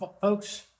Folks